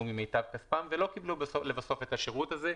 ממיטב כספם ובסוף לא קיבלו את השירות הזה.